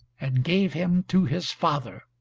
and gave him to his father.